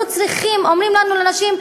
אומרים לנו, לנשים: